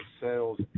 sales